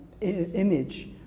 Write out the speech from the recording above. image